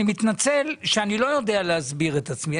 אני מתנצל שאני לא יודע להסביר את עצמי.